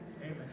Amen